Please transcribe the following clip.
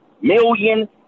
million